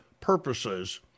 purposes